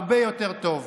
הרבה יותר טוב.